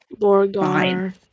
Borgar